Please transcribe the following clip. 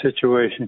situation